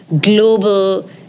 global